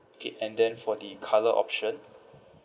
okay and then for the colour option